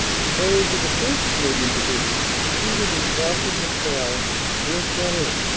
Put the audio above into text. patrols of the first. canadian division succeeded in cross ing the canal near ferin,